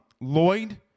Lloyd